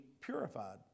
purified